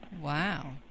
Wow